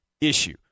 issue